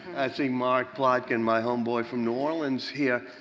i see mark pluck and my homebody from new orleans here.